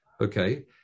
Okay